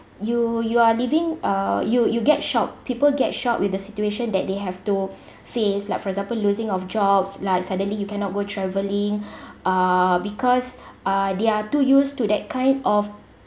you you are living uh you you get shocked people get shocked with the situation that they have to face like for example losing of jobs like suddenly you cannot go travelling uh because uh they're too used to that kind of